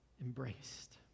embraced